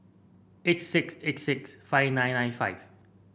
eight six eight six five nine nine five